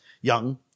young